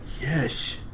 yes